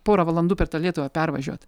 porą valandų per tą lietuvą pervažiuot